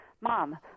Mom